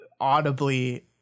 audibly